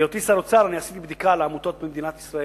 בהיותי שר האוצר עשיתי בדיקה של העמותות במדינת ישראל,